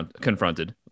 confronted